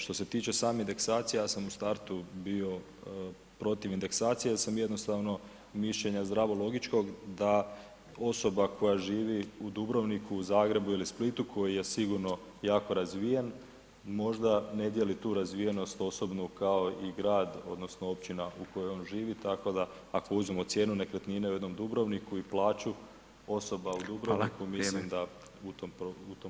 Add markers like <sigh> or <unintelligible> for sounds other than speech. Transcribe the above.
Što se tiče same indeksacije, ja sam u startu bio protiv indeksacije jer sam jednostavno mišljenja zdravo logičkog da osoba koja živi u Dubrovniku, Zagrebu ili Splitu, koji je sigurno jako razvijen, možda ne dijeli tu razvijenost osobnu kao i grad, odnosno općina u kojoj on živi, tako da, ako uzmemo cijenu nekretnine u jednom Dubrovniku i plaću osoba u Dubrovniku [[Upadica: Hvala, vrijeme.]] mislim da ... <unintelligible> Hvala.